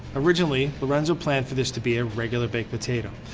originally, lorenzo planned for this to be a regular baked potato.